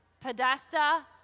Podesta